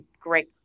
great